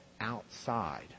outside